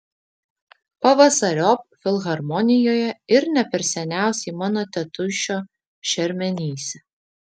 pavasariop filharmonijoje ir ne per seniausiai mano tėtušio šermenyse